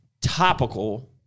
topical